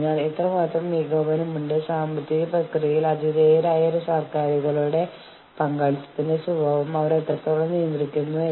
അതിനാൽ ഒരു ജീവനക്കാരൻ അച്ചടക്കമില്ലാത്തവനാണെങ്കിൽ ജീവനക്കാരനിൽ നിന്ന് പ്രതീക്ഷിക്കാത്ത രീതിയിൽ പെരമാറ്റം ഉണ്ടായിട്ടുണ്ടെങ്കിൽ ഈ ജീവനക്കാരനെതിരെ നടപടി സ്വീകരിക്കുന്നു